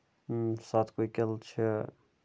سَتہٕ کُکِل چھِ